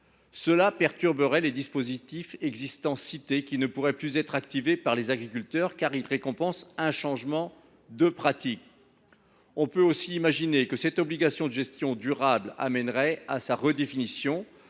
cela perturberait les dispositifs précités, qui ne pourraient plus être activés par les agriculteurs en ce qu’ils récompensent un changement de pratique. On peut aussi imaginer que cette obligation de gestion durable conduirait à sa redéfinition,